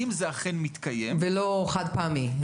אם זה אכן מתקיים --- ולא חד פעמי,